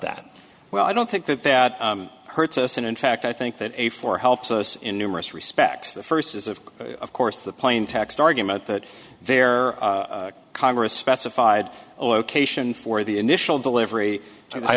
that well i don't think that that hurts us and in fact i think that a four helps us in numerous respects the first is of course the plain text argument that their congress specified location for the initial delivery and i